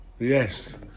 Yes